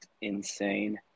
insane